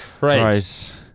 Right